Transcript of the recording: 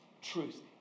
truth